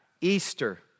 Easter